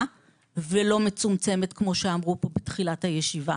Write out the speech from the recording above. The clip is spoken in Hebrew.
ולא מצומצמת כמו שאמרו פה בתחילת הישיבה,